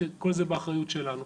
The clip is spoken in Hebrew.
שכל זה באחריות שלנו.